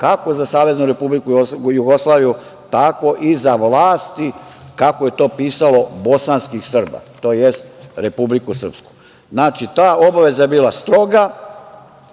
kako za SR Jugoslaviju, tako i za vlasti, kako je to pisalo, bosanskih Srba, tj. Republiku Srpsku. Znači, ta obaveza je bila stroga,